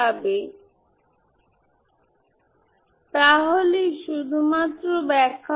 অবশ্যই b0 হল 0 a0 শুধুমাত্র অবদান রাখবে